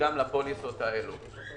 תיכנס גם לפוליסות האלה.